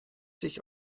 sich